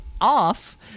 off